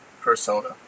Persona